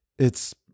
It's